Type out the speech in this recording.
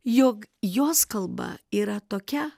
jog jos kalba yra tokia